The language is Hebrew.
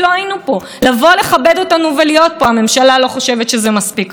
זה לא פחות מהזוי שבמבנה הדמוקרטי שלנו,